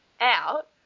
out